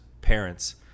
parents